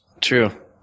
True